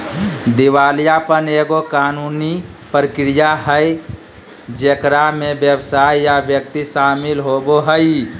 दिवालियापन एगो कानूनी प्रक्रिया हइ जेकरा में व्यवसाय या व्यक्ति शामिल होवो हइ